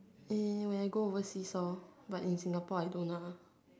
err when I go overseas hor but in Singapore I don't ah